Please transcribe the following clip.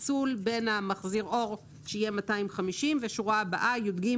הפיצול בין מחזיר האור שיהיה 250 שקלים ובשורה הבאה (יג)